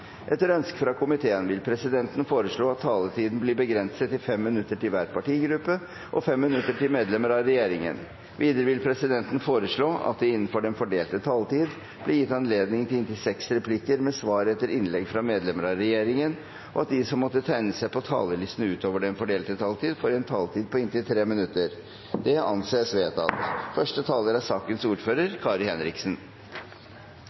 Etter ønske fra justiskomiteen vil presidenten foreslå at taletiden blir begrenset til 5 minutter til hver partigruppe og 5 minutter til medlemmer av regjeringen. Videre vil presidenten foreslå at det – innenfor den fordelte taletid – blir gitt anledning til replikkordskifte på inntil seks replikker med svar etter innlegg fra medlemmer av regjeringen, og at de som måtte tegne seg på talerlisten utover den fordelte taletid, får en taletid på inntil 3 minutter. – Det anses vedtatt.